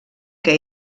que